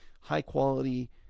high-quality